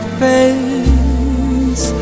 face